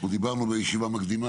דיברנו בישיבה מקדימה